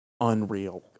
unreal